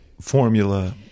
formula